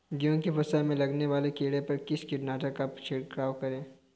गेहूँ की फसल में लगने वाले कीड़े पर किस कीटनाशक का छिड़काव करें?